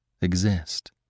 exist